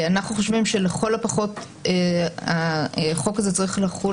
אנחנו חושבים שלכל הפחות החוק הזה צריך לחול